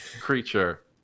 creature